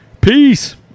Peace